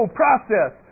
process